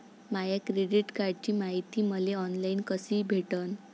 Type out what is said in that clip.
माया credit कार्डची मायती मले ऑनलाईन कसी भेटन?